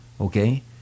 Okay